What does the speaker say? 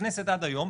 הכנסת עד היום,